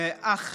אך